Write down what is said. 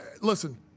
Listen